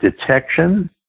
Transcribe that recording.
detection